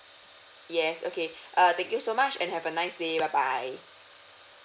yes okay uh thank you so much and have a nice day bye bye